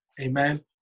Amen